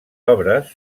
obres